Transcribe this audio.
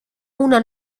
una